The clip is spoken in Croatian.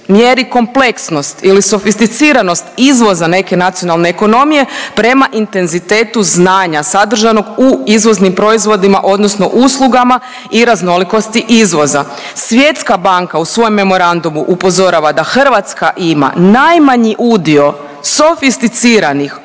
mjeri kompleksnost ili sofisticiranost izvoza neke nacionalne ekonomije prema intenzitetu znanja sadržanog u izvoznim proizvodima odnosno uslugama i raznolikosti izvoza. Svjetska banka u svojem memorandumu upozorava da Hrvatska ima najmanji udio sofisticiranih